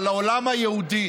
אבל העולם היהודי